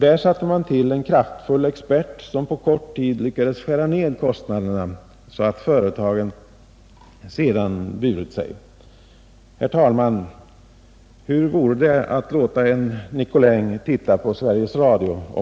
Där satte man till en kraftfull expert, som på kort tid lyckades skära ned kostnaderna så att företaget sedan burit sig. Herr talman! Hur vore det att låta en Nicolin titta också på Sveriges Radio?